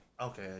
Okay